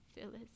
Phyllis